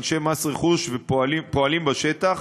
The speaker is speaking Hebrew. אנשי מס רכוש פועלים בשטח.